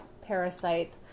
parasite